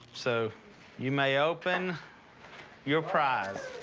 so you may open your prize.